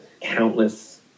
countless